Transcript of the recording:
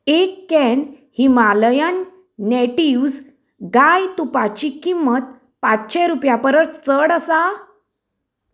एक can Himalayan natives गाय तुपाची किंमत पांचशे रुपयां परस चड आसा